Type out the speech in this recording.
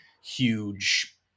huge